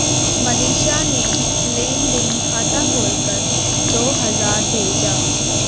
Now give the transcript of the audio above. मनीषा ने लेन देन खाता खोलकर दो हजार भेजा